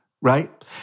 right